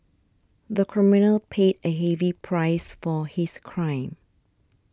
the criminal paid a heavy price for his crime